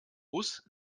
bus